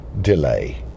delay